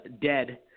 dead